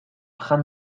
jan